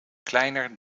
kleiner